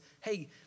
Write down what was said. hey